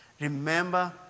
Remember